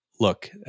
look